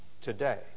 today